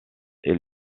est